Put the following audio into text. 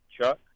chuck